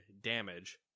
damage